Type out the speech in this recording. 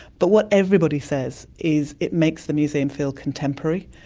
but what everybody says is it makes the museum feel contemporary,